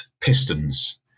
Pistons